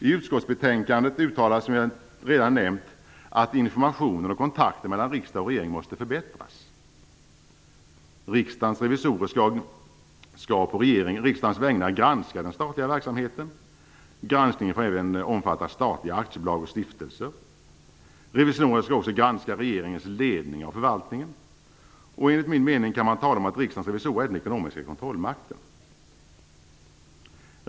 I utskottsbetänkandet uttalas, som jag redan nämnt, att informationer och kontakter mellan riksdag och regering måste förbättras. Riksdagens revisorer skall på regeringens och riksdagens vägnar granska den statliga verksamheten. Granskningen får även omfatta statliga aktiebolag och stiftelser. Revisorerna skall också granska regeringens ledning och förvaltning. Enligt min mening kan man tala om att Riksdagens revisorer är den ekonomiska kontrollmakten.